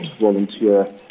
volunteer